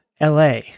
LA